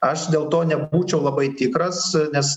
aš dėl to nebūčiau labai tikras nes